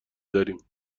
داریم